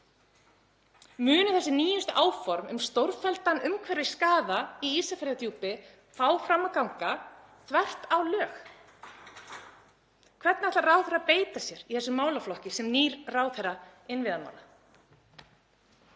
Munu þessi nýjustu áform um stórfelldan umhverfisskaða í Ísafjarðardjúpi ná fram að ganga þvert á lög? Hvernig ætlar ráðherra að beita sér í þessum málaflokki sem nýr ráðherra innviðamála?